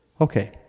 Okay